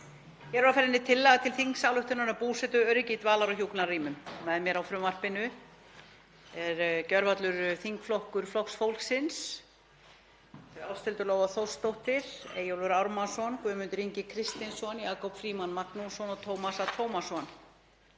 Hér er á ferðinni tillaga til þingsályktunar um búsetuöryggi í dvalar- og hjúkrunarrýmum. Með mér á frumvarpinu er gjörvallur þingflokkur Flokks fólksins, Ásthildur Lóa Þórsdóttir, Eyjólfur Ármannsson, Guðmundur Ingi Kristinsson, Jakob Frímann Magnússon og Tómas A. Tómasson.